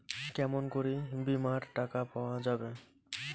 কেমন করি বীমার টাকা পাওয়া যাবে?